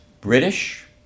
British